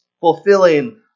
fulfilling